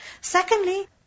Secondly